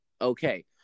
okay